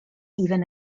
even